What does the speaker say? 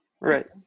right